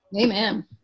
Amen